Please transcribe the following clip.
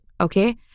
Okay